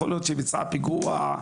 יכול להיות שביצעה פיגוע,